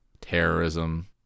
Terrorism